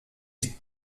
ist